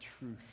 truth